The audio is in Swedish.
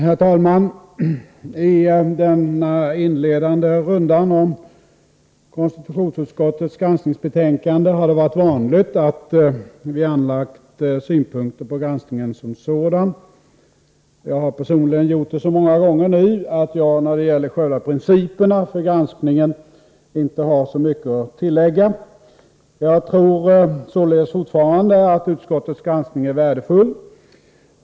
Herr talman! I den inledande rundan om konstitutionsutskottets granskningsbetänkande har det varit vanligt att vi anlagt synpunkter på granskningen som sådan. Jag har personligen gjort det så många gånger nu att jag när det gäller själva principerna för granskningen inte har mycket att tillägga. Jag tror således fortfarande att utskottets granskning är värdefull.